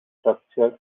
structure